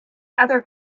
other